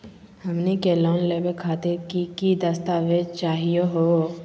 हमनी के लोन लेवे खातीर की की दस्तावेज चाहीयो हो?